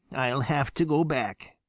i'll have to go back.